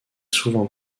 souvent